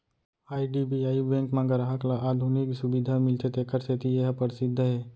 IDBI bank म गराहक ल आधुनिक सुबिधा मिलथे तेखर सेती ए ह परसिद्ध हे